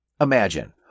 Imagine